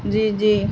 جی جی